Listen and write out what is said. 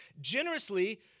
Generously